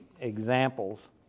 examples